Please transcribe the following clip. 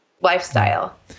lifestyle